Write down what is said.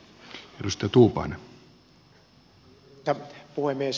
arvoisa puhemies